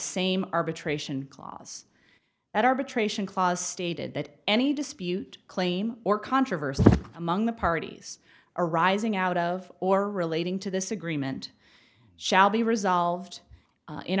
same arbitration clause that arbitration clause stated that any dispute claim or controversy among the parties arising out of or relating to this agreement shall be resolved